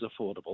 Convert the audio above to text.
affordable